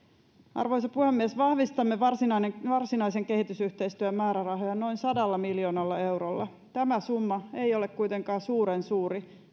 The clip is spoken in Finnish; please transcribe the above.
arvoisa puhemies vahvistamme varsinaisen kehitysyhteistyön määrärahoja noin sadalla miljoonalla eurolla tämä summa ei ole kuitenkaan suuren suuri